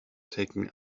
taking